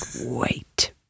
wait